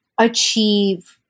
achieve